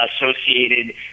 associated